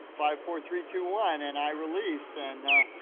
five, four, three, two, one, and i release and,